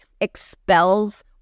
expels